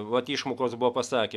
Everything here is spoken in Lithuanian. vat išmokos buvo pasakė